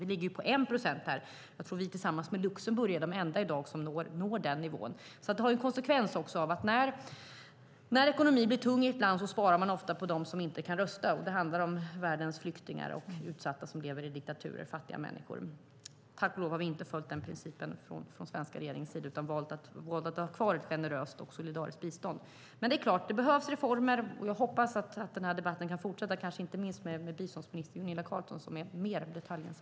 Vi ligger ju på 1 procent. Jag tror att vi tillsammans med Luxemburg är de enda i dag som når den nivån. Det är också en konsekvens av att när ekonomin blir tung i ett land sparar man ofta på dem som inte kan rösta. Det handlar om världens flyktingar och utsatta som lever i diktaturer, fattiga människor. Tack och lov har vi inte följt den principen från den svenska regeringens sida utan valt att ha kvar ett generöst och solidariskt bistånd. Men det är klart att det behövs reformer, och jag hoppas att den här debatten kan fortsätta, kanske inte minst med biståndsminister Gunilla Carlsson som är mer insatt i detaljerna.